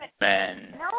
men